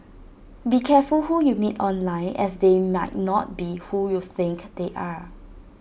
be careful who you meet online as they might not be who you think they are